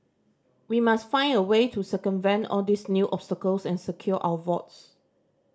we must find a way to circumvent all these new obstacles and secure our votes